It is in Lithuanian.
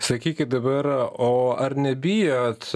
sakykit dabar o ar nebijot